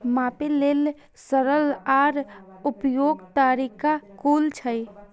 मापे लेल सरल आर उपयुक्त तरीका कुन छै?